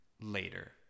later